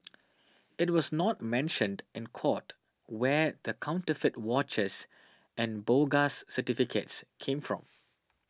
it was not mentioned in court where the counterfeit watches and bogus certificates came from